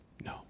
no